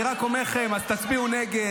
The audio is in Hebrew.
אני רק אומר לכם, אז תצביעו נגד.